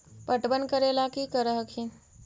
पटबन करे ला की कर हखिन?